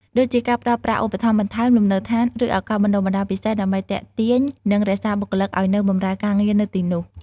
ដូចជាការផ្តល់ប្រាក់ឧបត្ថម្ភបន្ថែម លំនៅឋាន ឬឱកាសបណ្តុះបណ្តាលពិសេស ដើម្បីទាក់ទាញ និងរក្សាបុគ្គលិកឱ្យនៅបម្រើការងារនៅទីនោះ។